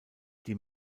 die